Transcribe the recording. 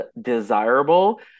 desirable